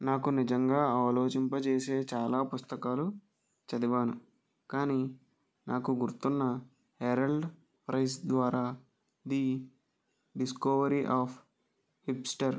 నాకు నిజంగా ఆలోచింపజేసే చాలా పుస్తకాలు చదివాను కానీ నాకు గుర్తున్నహెరెల్డ్ క్రైస్ట్ ద్వారా ది డిస్కవరీ ఆఫ్ హిప్స్టర్